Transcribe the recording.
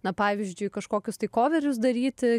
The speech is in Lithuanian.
na pavyzdžiui kažkokius tai koverius daryti